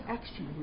Action